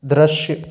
दृश्य